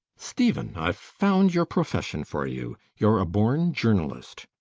stephen i've found your profession for you. you're a born journalist.